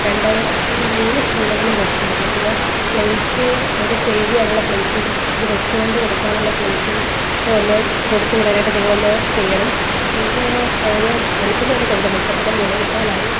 രണ്ട് മൂന്നു സ്പൂണെങ്കിലും കൊടുത്തുവിടണം പിന്നെ പ്ലേറ്റ് അത് സേര്വ് ചെയ്യാനുള്ള പ്ലേറ്റും ഇത് വെച്ചുകൊണ്ട് കൊടുക്കാനുള്ള പ്ലേറ്റും ഒക്കെ ഒന്ന് കൊടുത്തു വിടാനായിട്ട് നിങ്ങളൊന്ന് ചെയ്യണം പിന്നെ അത് എളുപ്പം തന്നെ കൊണ്ടുവരണം ഇപ്പോൾ തന്നെ മൂന്നേമുക്കാല് ആയി